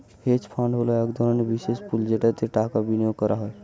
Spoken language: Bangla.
হেজ ফান্ড হলো এক ধরনের বিশেষ পুল যেটাতে টাকা বিনিয়োগ করা হয়